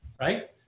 Right